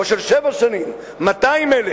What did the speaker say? או של שבע שנים, 200,000,